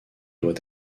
doit